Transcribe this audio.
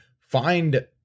find